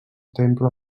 temple